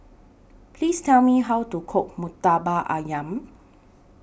Please Tell Me How to Cook Murtabak Ayam